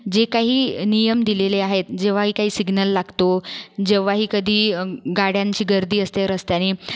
जे काही नियम दिलेले आहेत जेव्हाही काही सिग्नल लागतो जेव्हाही कधी गाड्यांची गर्दी असते रस्त्याने